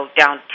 down